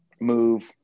move